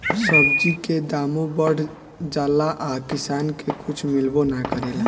सब्जी के दामो बढ़ जाला आ किसान के कुछ मिलबो ना करेला